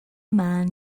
man